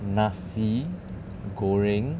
nasi goreng